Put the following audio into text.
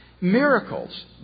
Miracles